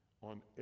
on